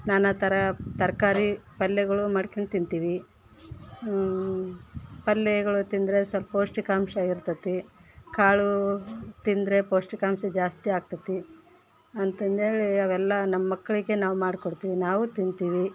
ನಾನಾಥರ ತರಕಾರಿ ಪಲ್ಯಗಳು ಮಾಡ್ಕೊಂಡು ತಿಂತೀವಿ ಪಲ್ಯೆಗಳು ತಿಂದರೆ ಸ್ವಲ್ಪ ಪೌಷ್ಟಿಕಾಂಶ ಇರ್ತದೆ ಕಾಳು ತಿಂದರೆ ಪೌಷ್ಟಿಕಾಂಶ ಜಾಸ್ತಿ ಆಗ್ತದೆ ಅಂತಂಥೇಳಿ ಅವೆಲ್ಲ ನಮ್ಮ ಮಕ್ಕಳಿಗೆ ನಾವು ಮಾಡಿಕೊಡ್ತೀವಿ ನಾವೂ ತಿಂತೀವಿ